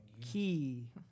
key